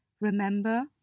Remember